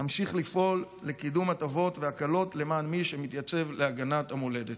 וימשיך לפעול לקידום הטבות והקלות למען מי שמתייצב להגנת המולדת.